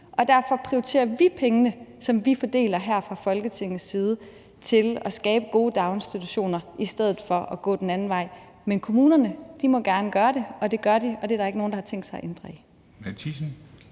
Derfor prioriterer vi pengene, som vi fordeler her fra Folketingets side, til at skabe gode daginstitutioner i stedet for at gå den anden vej. Men kommunerne må gerne gøre det, og det gør de, og det er der ikke nogen, der har tænkt sig at ændre på.